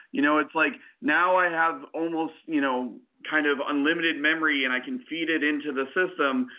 you know it's like now i have almost you know kind of unlimited memory and i can feed it into the system.